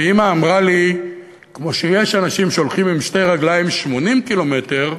ואימא אמרה לי: כמו שיש אנשים שהולכים עם שתי רגליים 80 ק"מ,